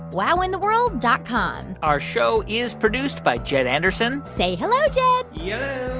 wowintheworld dot com our show is produced by jed anderson. say hello, jed yeah